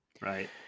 right